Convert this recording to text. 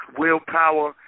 willpower